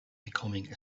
becoming